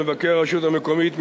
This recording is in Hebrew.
מבקר הרשות המקומית,